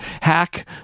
hack